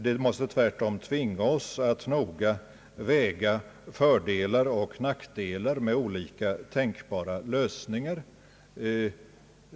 Vi måste tvärtom tvingas att noga överväga fördelar och nackdelar med olika tänkbara lösningar.